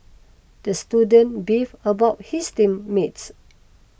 the student beef about his team mates